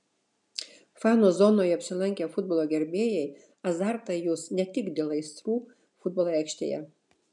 fanų zonoje apsilankę futbolo gerbėjai azartą jus ne tik dėl aistrų futbolo aikštėje